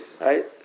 Right